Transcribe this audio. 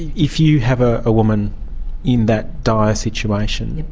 if you have a woman in that dire situation,